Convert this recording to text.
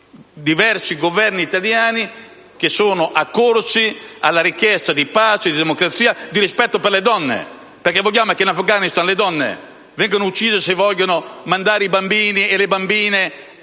diversi Governi italiani che sono accorsi alla richiesta di pace, di democrazia e di rispetto per le donne. Ricordiamo infatti che in Afghanistan le donne vengono uccise se vogliono mandare i bambini e le bambine